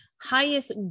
highest